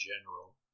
general